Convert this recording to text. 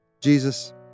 Jesus